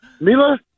Mila